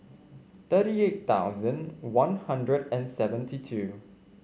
thirty eight thousand One Hundred and seventy two